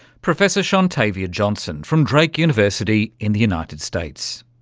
professor shontavia johnson, from drake university in the united states.